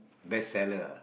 best seller